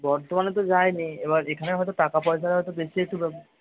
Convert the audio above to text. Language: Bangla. বর্ধমানে তো যাইনি এবার এখানে হয়তো টাকাপয়সা হয়তো বেশি একটু